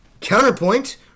Counterpoint